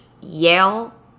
Yale